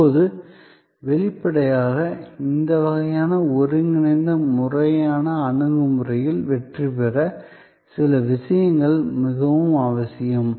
இப்போது வெளிப்படையாக இந்த வகையான ஒருங்கிணைந்த முறையான அணுகுமுறையில் வெற்றிபெற சில விஷயங்கள் மிகவும் அவசியம்